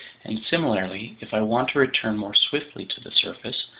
and similarly, if i want to return more swiftly to the surface,